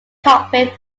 cockpit